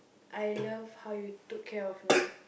I love how you took care of me